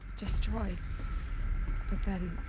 destroyed. but then.